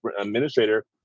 administrator